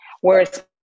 Whereas